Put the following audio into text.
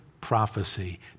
Prophecy